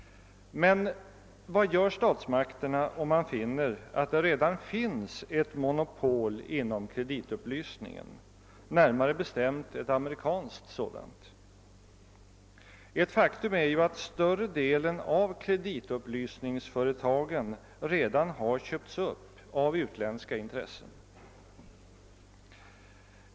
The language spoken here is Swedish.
Men vad gör statsmakterna, om man finner att det redan existerar ett monopol inom kreditupplysningen, närmare bestämt ett amerikanskt sådant? Ett faktum är ju att större delen av kreditupplysningsföretagen redan har uppköpts av utländska intressen.